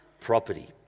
property